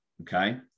okay